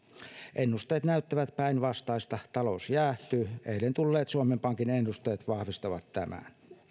ennusteet näyttävät päinvastaista talous jäähtyy eilen tulleet suomen pankin ennusteet vahvistavat tämän